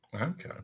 Okay